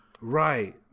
Right